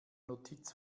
notiz